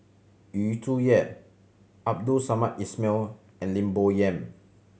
Yu Zhuye Abdul Samad Ismail and Lim Bo Yam